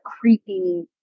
creepy